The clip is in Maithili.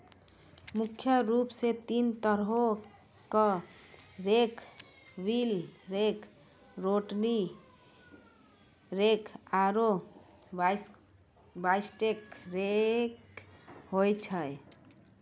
मुख्य रूप सें तीन तरहो क rake wheel rake, rotary rake आरु बास्केट रेक होय छै